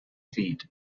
feat